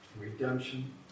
redemption